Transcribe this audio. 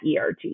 ERG